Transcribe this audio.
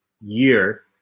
year